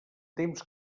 temps